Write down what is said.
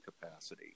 capacity